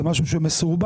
זה משהו שהוא מסורבל,